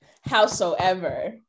Howsoever